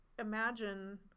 imagine